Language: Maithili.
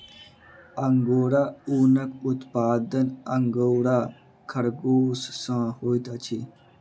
अंगोरा ऊनक उत्पादन अंगोरा खरगोश सॅ होइत अछि